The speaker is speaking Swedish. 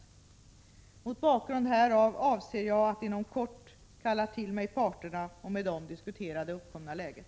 Mot bakgrund härav avser jag att inom kort kalla till mig parterna och med dem diskutera det uppkomna läget.